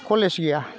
college गैया